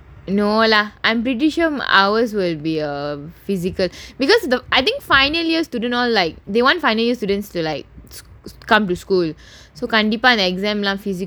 no lah I'm pretty sure ours will be a physical because the I think final year students like they one final year students to like come to school so கண்டிப்பா இந்த:kandippaa intha exam leh physical லோட:loda